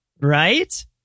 right